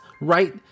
right